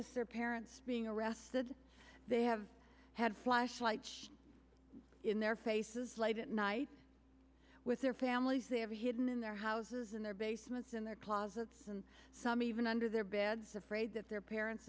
d their parents being arrested they have had flashlights in their faces late at night with their families they have hidden in their houses in their basements in their closets and some even under their beds afraid that their parents